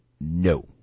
No